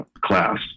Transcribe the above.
class